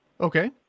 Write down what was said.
Okay